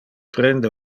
prende